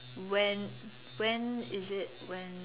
when when is it when